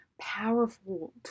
powerful